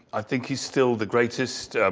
i think he is still the greatest